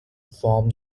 form